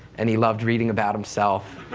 and he loved reading about himself,